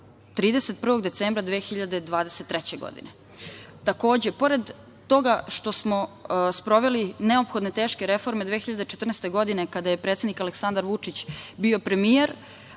31. decembra 2023. godine. Takođe, pored toga što smo sproveli neophodne teške reforme 2014. godine kada je predsednik Aleksandar Vučić bio premijer,